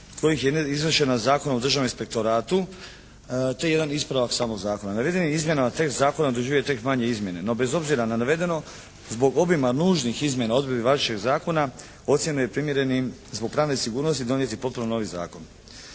razumije./… na Zakon o državnom inspektoratu te jedan ispravak samog zakona. Navedenim izmjenama tekst zakona doživio je tek manje izmjene, no bez obzira na navedeno zbog obijma nužnih izmjena odredbi važećeg zakona ocijenjeno je primjerenim zbog pravne sigurnosti donijeti potpuno novi zakon.